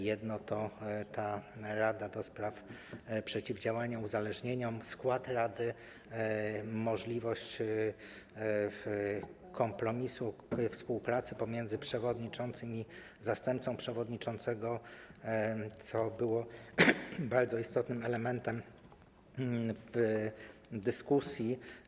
Jeden to ta rada do spraw przeciwdziałania uzależnieniom, skład rady, możliwość kompromisu we współpracy, pomiędzy przewodniczącym i zastępcą przewodniczącego, co było bardzo istotnym elementem w dyskusji.